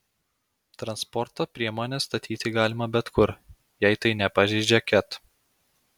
transporto priemones statyti galima bet kur jei tai nepažeidžia ket